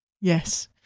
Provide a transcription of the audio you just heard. Yes